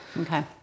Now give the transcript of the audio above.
okay